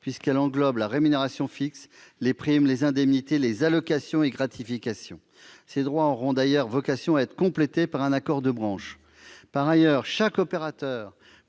englobe en effet la rémunération fixe, les primes, les indemnités, les allocations et les gratifications. Ces droits auront d'ailleurs vocation à être complétés par un accord de branche. En outre, chaque opérateur